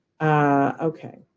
Okay